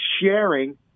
sharing